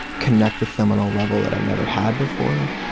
connect with them on a level that i never had before,